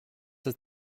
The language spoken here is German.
ist